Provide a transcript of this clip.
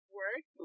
work